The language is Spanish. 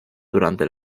durante